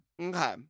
Okay